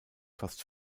fast